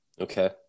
Okay